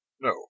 no